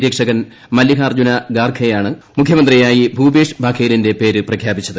നിരീക്ഷകൻ മല്ലികാർജ്ജുന ഖാർഗേയാണ് മുഖ്യമന്ത്രിയായി ഭൂപേഷ് ബഖേലിന്റെ പേരു പ്രഖ്യാപിച്ചത്